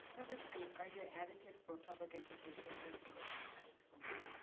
number three. are you a advocate for public education, and if so explain why.